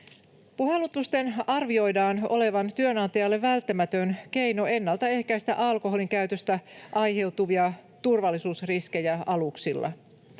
Puhallutusten arvioidaan olevan työnantajalle välttämätön keino ennaltaehkäistä alkoholin käytöstä aiheutuvia turvallisuusriskejä aluksilla.